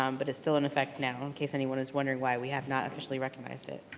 um but it's still in effect now, in case anyone is wondering why we have not officially recognized it.